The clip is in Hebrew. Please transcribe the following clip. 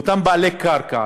לאותם בעלי קרקע,